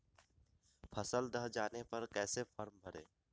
फसल दह जाने पर कैसे फॉर्म भरे?